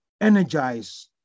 energize